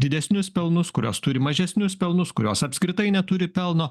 didesnius pelnus kurios turi mažesnius pelnus kurios apskritai neturi pelno